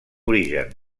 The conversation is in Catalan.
origen